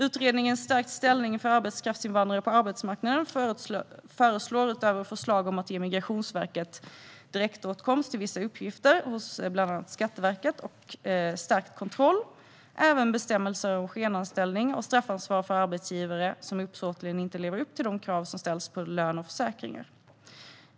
Utredningen Stärkt ställning för arbetskraftsinvandrare på arbetsmarknaden föreslår, utöver förslag om att ge Migrationsverket direktåtkomst till vissa uppgifter hos bland annat Skatteverket och om stärkt kontroll, även bestämmelser om skenanställning och om straffansvar för arbetsgivare som uppsåtligen inte lever upp till de krav som ställs på lön och försäkringar.